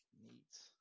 Neat